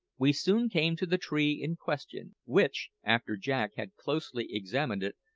we soon came to the tree in question, which, after jack had closely examined it,